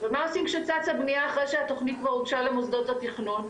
ומה עושים שצצה בנייה אחרי שהתוכנית כבר הוגשה למוסדות התכנון,